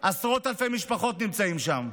עשרות אלפי משפחות נמצאות שם.